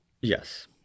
Yes